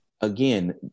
again